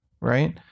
Right